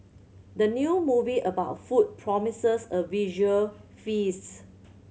the new movie about food promises a visual feast